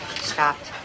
stopped